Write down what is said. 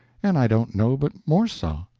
and i don't know but more so.